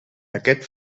aquest